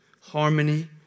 harmony